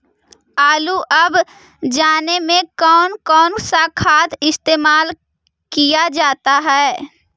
आलू अब जाने में कौन कौन सा खाद इस्तेमाल क्या जाता है?